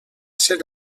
ser